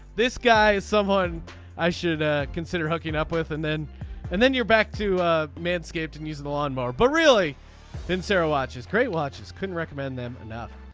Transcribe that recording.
this guy is someone i should ah consider hooking up with and then and then you're back to a man escaped and using the lawnmower but really then sarah watches great watches couldn't recommend them enough.